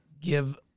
give